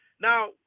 Now